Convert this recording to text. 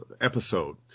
episode